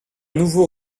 nouveau